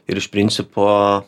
ir iš principo